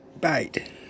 bite